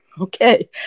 Okay